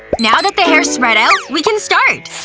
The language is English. now that the hair's spread out, we can start!